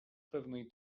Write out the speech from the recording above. pewnej